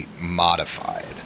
modified